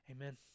Amen